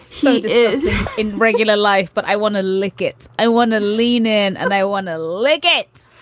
slate is in regular life but i want to lick it. i want to lean in. and i want to lick it.